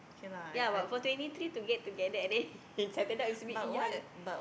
ya but for twenty three to get together and then he settle down it's a bit young